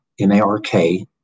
M-A-R-K